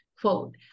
quote